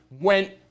went